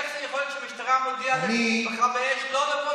איך זה יכול שהמשטרה מודיעה למכבי אש לא לבוא לכבות שרפות?